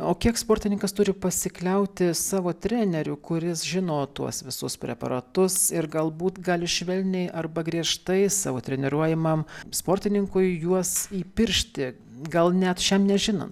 o kiek sportininkas turi pasikliauti savo treneriu kuris žino tuos visus preparatus ir galbūt gali švelniai arba griežtai savo treniruojamam sportininkui juos įpiršti gal net šiam nežinan